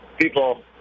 people